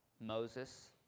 Moses